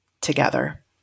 together